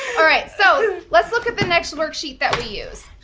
all right, so, let's look at the next worksheet that we use.